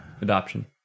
adoption